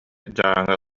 дьааҥы